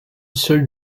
seule